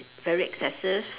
very excessive